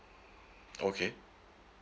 okay